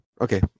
Okay